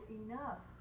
enough